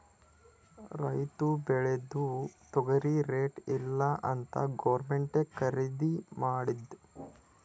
ರೈತುರ್ ಬೇಳ್ದಿದು ತೊಗರಿಗಿ ರೇಟ್ ಇಲ್ಲ ಅಂತ್ ಗೌರ್ಮೆಂಟೇ ಖರ್ದಿ ಮಾಡ್ತುದ್